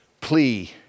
plea